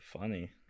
funny